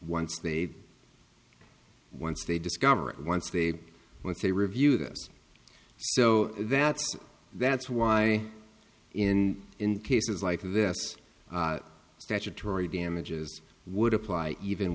once they once they discover it once they once they review this so that's that's why in cases like this statutory damages would apply even